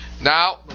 Now